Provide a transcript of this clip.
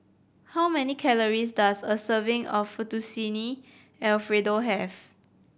how many calories does a serving of Fettuccine Alfredo have